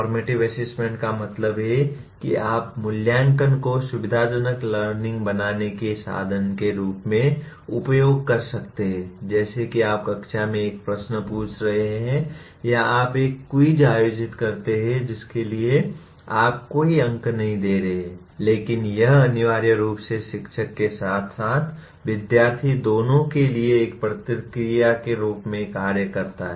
formative assessment का मतलब है कि आप मूल्यांकन को सुविधाजनक लर्निंग बनाने के साधन के रूप में उपयोग कर रहे हैं जैसे कि आप कक्षा में एक प्रश्न पूछ रहे हैं या आप एक क्विज आयोजित करते हैं जिसके लिए आप कोई अंक नहीं दे रहे हैं लेकिन यह अनिवार्य रूप से शिक्षक के साथ साथ विद्यार्थी दोनों के लिए एक प्रतिक्रिया के रूप में कार्य करता है